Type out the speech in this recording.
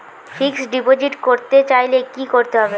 Fixed deposit করতে চাইলে কি করতে হবে?